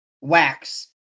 Wax